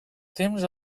temps